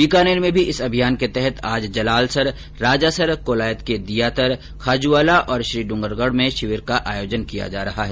बीकानेर में भी इस अभियान के तहत आज जलालसर राजासर कोलायत के दियातर खाजूवाला और श्रीडूंगरगढ में शिविरों का आयोजन किया जा रहा है